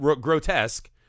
grotesque